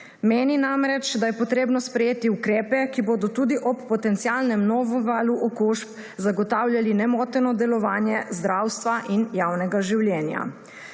Meni namreč, da je treba sprejeti ukrepe, ki bodo tudi ob potencialnem novem valu okužb zagotavljali nemoteno delovanje zdravstva in javnega življenja.